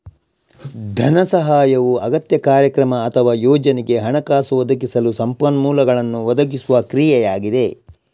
ಧನ ಸಹಾಯವು ಅಗತ್ಯ, ಕಾರ್ಯಕ್ರಮ ಅಥವಾ ಯೋಜನೆಗೆ ಹಣಕಾಸು ಒದಗಿಸಲು ಸಂಪನ್ಮೂಲಗಳನ್ನು ಒದಗಿಸುವ ಕ್ರಿಯೆಯಾಗಿದೆ